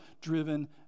driven